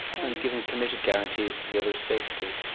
and giving committed guarantees to the other's safety.